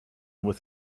with